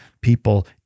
people